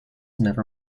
never